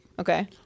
Okay